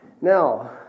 Now